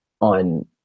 on